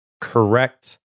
correct